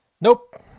Nope